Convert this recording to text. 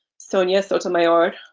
sonia sotomayor,